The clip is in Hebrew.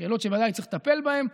שאלות שבוודאי צריך לטפל בהן.